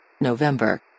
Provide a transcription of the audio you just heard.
November